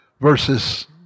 versus